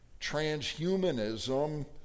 transhumanism